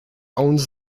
owns